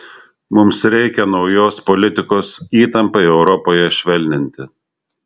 mums reikia naujos politikos įtampai europoje švelninti